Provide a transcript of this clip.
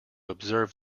observe